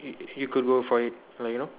y~ you could go for it like you know